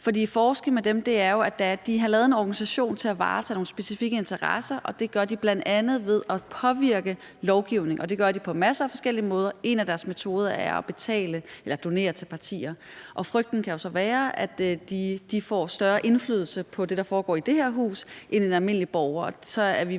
typiske for dem, er, at de har lavet en organisation til at varetage nogle specifikke interesser, og det gør de bl.a. ved at påvirke lovgivningen. Det gør de på en masse forskellige måder, og en af deres metoder er at donere til partier. Frygten kan så være, at de får større indflydelse på det, der foregår i det her hus, end en almindelig borger gør, og så er vi